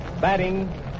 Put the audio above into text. batting